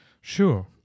Sure